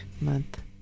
month